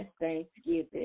Thanksgiving